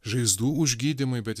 žaizdų užgydymui bet